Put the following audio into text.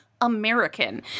American